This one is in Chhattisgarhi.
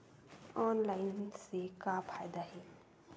ऑनलाइन से का फ़ायदा हे?